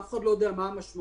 אף אחד לא יודע מה המשמעות